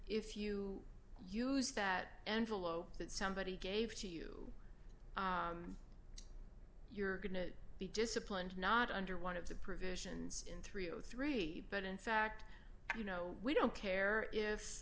if you use that envelope that somebody gave to you you're going to be disciplined not under one of the provisions in three hundred and three but in fact you know we don't care if